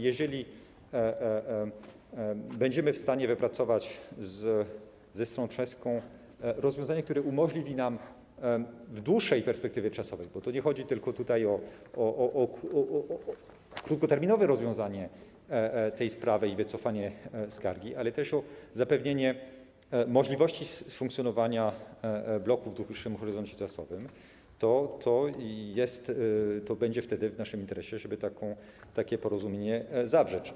Jeżeli będziemy w stanie wypracować ze stroną czeską rozwiązanie, które umożliwi nam to w dłuższej perspektywie czasowej, bo tu nie chodzi tylko o krótkoterminowe rozwiązanie tej sprawy i wycofanie skargi, ale też o zapewnienie możliwości funkcjonowania bloków w dłuższym horyzoncie czasowym, to będzie wtedy w naszym interesie, żeby takie porozumienie zawrzeć.